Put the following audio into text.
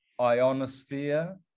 ionosphere